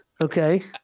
Okay